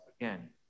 again